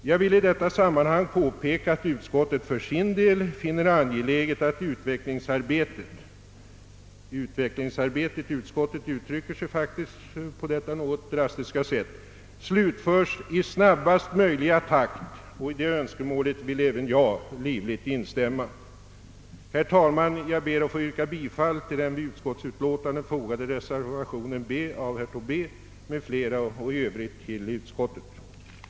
Jag vill i detta sammanhang påpeka att det i utlåtandet står: »Utskottet finner det för sin del angeläget att utvecklingsarbetet» — utskottet uttrycker sig faktiskt på detta något drastiska sätt — »slutförs i snabbast möjliga takt». I detta önskemål vill jag livligt instämma. Herr talman! Jag ber att få yrka bifall till den vid utskottsutlåtandet fogade reservationen b av herr Kaijser m.fl. och i övrigt till utskottets hemställan.